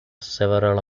several